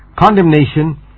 Condemnation